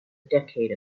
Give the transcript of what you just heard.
decade